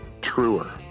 truer